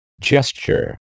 gesture